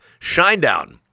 Shinedown